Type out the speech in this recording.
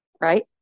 right